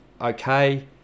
okay